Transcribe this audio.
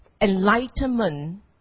Enlightenment